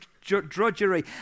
drudgery